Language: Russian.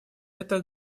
это